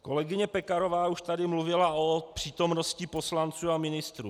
Kolegyně Pekarová už tady mluvila o přítomnosti poslanců a ministrů.